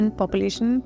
population